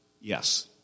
Yes